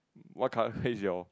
what colour case your